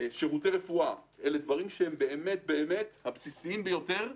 שירותי רפואה אלה הדברים הבסיסיים ביותר באמת,